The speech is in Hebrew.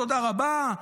תודה רבה.